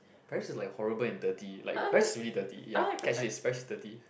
Paris is like horrible and dirty like Paris is really dirty ya catch this Paris is dirty